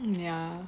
ya